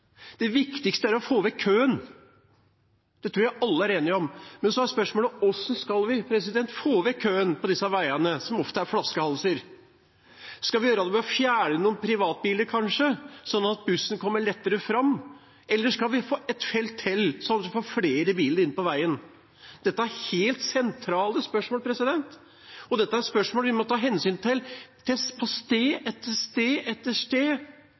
Det viktigste er å få vekk køen. Det tror jeg alle er enige om. Men så er spørsmålet: Hvordan skal vi få vekk køen på disse veiene, som ofte er flaskehalser? Skal vi gjøre det ved å fjerne noen privatbiler, kanskje, slik at bussen kommer lettere fram, eller skal vi få et felt til, slik at vi får flere biler inn på veien? Dette er helt sentrale spørsmål, og dette er spørsmål vi må ta hensyn til på sted etter sted etter sted.